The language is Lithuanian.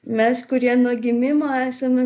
mes kurie nuo gimimo esame